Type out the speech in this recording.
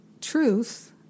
truth